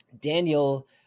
Daniel